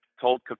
told